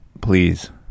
Please